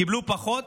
קיבלו פחות